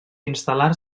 instal·lar